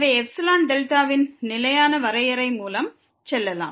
எனவே எப்சிலான் டெல்டாவின் நிலையான வரையறைமூலம் செல்லலாம்